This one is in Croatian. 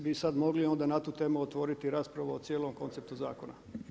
Mi bi sad mogli onda na tu temu otvoriti raspravu o cijelom konceptu zakona.